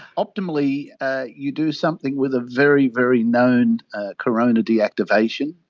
optimally you do something with a very, very known corona deactivation,